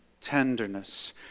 tenderness